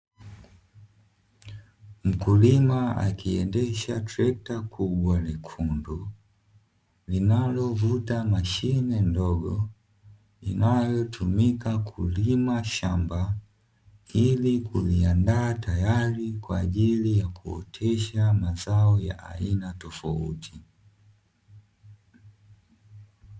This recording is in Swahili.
Mkulima akiendesha trekta kubwa jekundu, linalovuta mashine ndogo inayotumika kulima shamba, ili kuliandaa tayari kwa ajili ya kuotesha mazao ya aina tofauti.